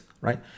right